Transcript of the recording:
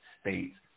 States